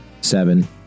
seven